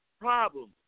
problems